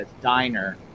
diner